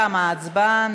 תמה ההצבעה.